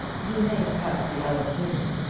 he may, perhaps, be out of humour.